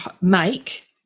make